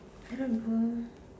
I don't know